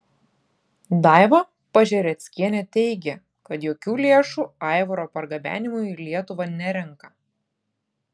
daiva pažereckienė teigė kad jokių lėšų aivaro pargabenimui į lietuvą nerenka